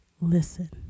listen